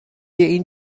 این